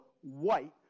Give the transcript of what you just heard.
white